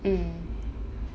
mm